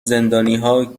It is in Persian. زندانیها